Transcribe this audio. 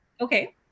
Okay